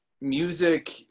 music